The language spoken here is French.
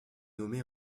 nommée